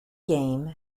game